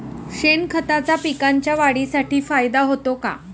शेणखताचा पिकांच्या वाढीसाठी फायदा होतो का?